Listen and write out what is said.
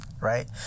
right